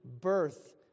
birth